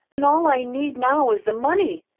an' all i need now is the money.